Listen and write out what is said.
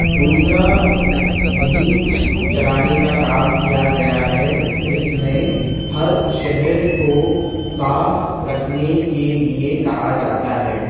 دوسرا مہم چلانے کا کام کیا گیا ہے جس میں ہر شہر کو صاف رکھنے کے لیے کہا جاتا ہے